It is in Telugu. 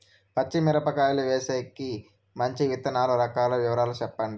పచ్చి మిరపకాయలు వేసేకి మంచి విత్తనాలు రకాల వివరాలు చెప్పండి?